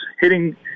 hitting